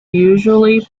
usually